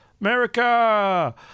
America